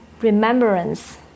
remembrance